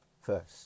first